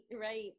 right